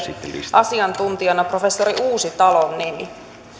asiantuntijana professori uusitalon nimi